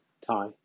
tie